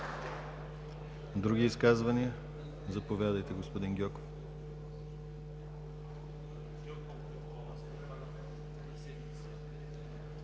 Други изказвания? Заповядайте, господин Попов.